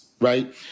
right